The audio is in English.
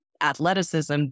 athleticism